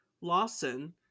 Lawson